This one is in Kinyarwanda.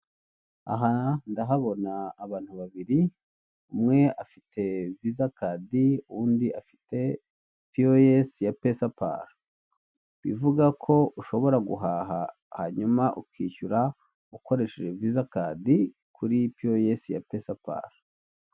Aha ndahabona abantu babiri umwe afite viza kadi undi afite piyoyesi ya pesapara bivuga ko ushobora guhaha hanyuma ukishyura ukoresheje viza kadi kuri piyoyesi ya pesapara.